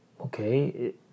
okay